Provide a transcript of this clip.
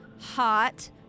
hot